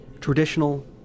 traditional